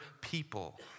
people